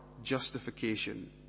justification